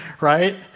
right